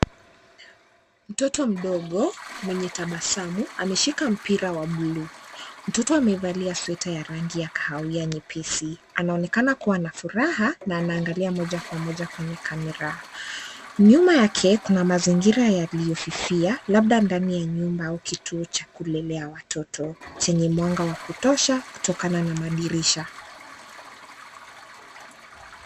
Mtoto mdogo mwenye tabasamu ameshika mpira wa buluu. Mtoto amevalia sweta ya rangi ya kahawia nyepesi, anaonekana kuwa na furaha na anaangalia moja kwa moja kwenye kamera. Nyuma yake, kuna mazingira yaliyofifia labda ndani ya nyumba au kituo cha kulelea watoto chenye mwanga wa kutosha kutokana na madirisha.